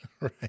Right